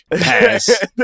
Pass